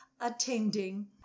attending